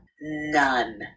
None